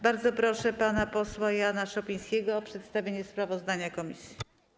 Bardzo proszę pana posła Jana Szopińskiego o przedstawienie sprawozdania komisji.